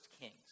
Kings